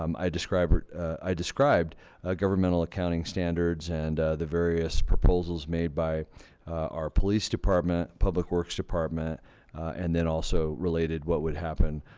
um i described i described governmental accounting standards and the various proposals made by our police department public works department and then also related what would happen?